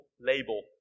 label